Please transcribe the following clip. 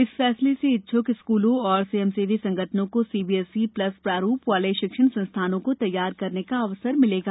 इस फैसले से इच्छुक स्कूलों और स्वयंसेवी संगठनों को सीबीएसई प्लस प्रारूप वाले शिक्षण संस्थानों को तैयार करने का अवसर मिलेगा